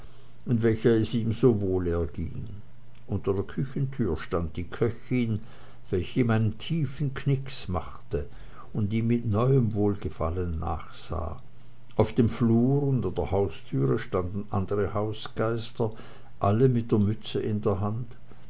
welcher es ihm so wohl erging unter der küchentüre stand die köchin welche ihm einen tiefen knicks machte und ihm mit neuem wohlgefallen nachsah auf dem flur und an der haustüre standen andere hausgeister alle mit der mütze in der hand